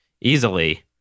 easily